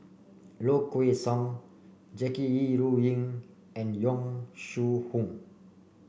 Low Kway Song Jackie Yi Ru Ying and Yong Shu Hoong